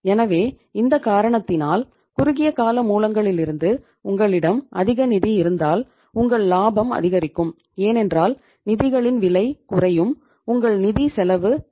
எனவே இந்த காரணத்தினால் குறுகிய கால மூலங்களிலிருந்து உங்களிடம் அதிக நிதி இருந்தால் உங்கள் லாபம் அதிகரிக்கும் ஏனென்றால் நிதிகளின் விலை குறையும் உங்கள் நிதி செலவு குறையும்